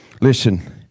Listen